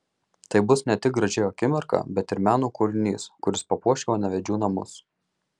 tai bus ne tik graži akimirka bet ir meno kūrinys kuris papuoš jaunavedžių namus